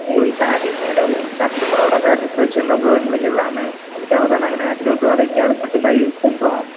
உங்களுக்கு சேட்டிஸ்ஃபைடு கஸ்டமரோடய சேட்டிஸ்ஃபேக்ஷன் தான் ப்ரோ எங்களுக்கு எல்லாமே அதுக்காக தான் நாங்கள் நேச்சுரல் ப்ராடக்ட் அது மட்டும்தான் யூஸ் பண்ணுறோம்